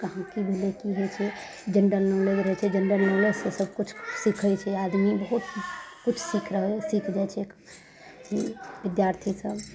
कहाँ चीज बेसी होइ छै जेनरल नॉलेज रहय छै जेनरल नॉलेजसँ सबकिछु सीखय छै आदमी बहुत किछु सीख रहल सीख जाइ छै अभी विद्यार्थी सब